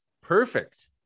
perfect